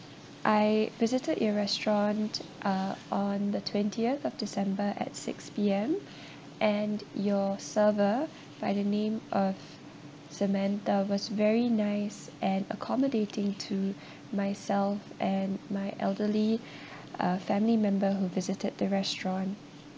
I visited your restaurant uh on the twentieth of december at six P_M and your server by the name of samantha was very nice and accommodating to myself and my elderly uh family member who visited the restaurant